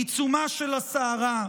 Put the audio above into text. בעיצומה של הסערה,